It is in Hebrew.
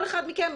כל אחד מכם,